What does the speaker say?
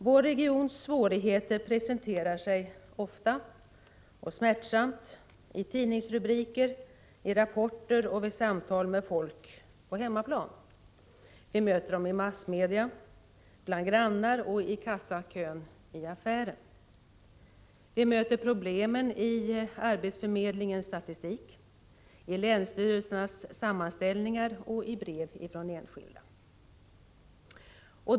Vår regions svårigheter presenterar sig ofta och smärtsamt i tidningsrubriker, i rapporter och vid samtal med folk på hemmaplan. Vi möter problemen i massmedia, bland grannar och i kassakön i affären. Vi möter dem i arbetsförmedlingens statistik, i länsstyrelsernas sammanställningar och i brev från enskilda.